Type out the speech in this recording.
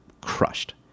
crushed